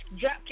drop